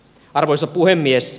arvoisa puhemies